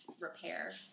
repair